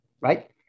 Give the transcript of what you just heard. right